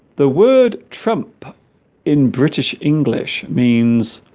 the word trump in british english means